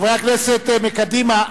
חברי הכנסת מקדימה,